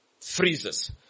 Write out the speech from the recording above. Freezes